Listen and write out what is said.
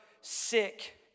sick